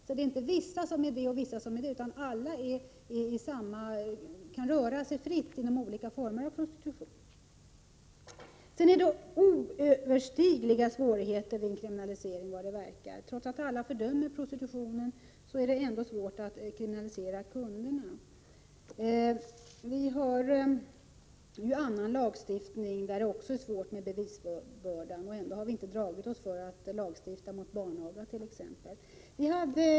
Det är inte vissa som är det ena och vissa som är det andra, utan alla kan röra sig fritt inom olika former av prostitution. En kriminalisering innebär oöverstigliga svårigheter, verkar det som. Trots att alla fördömer prostitutionen är det svårt att kriminalisera kunderna. Vi har annan lagstiftning där bevisbördan också innebär svårigheter, ändå har vi inte dragit oss för att lagstifta mot t.ex. barnaga.